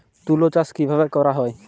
তুলো চাষ কিভাবে করা হয়?